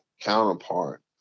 counterpart